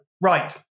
right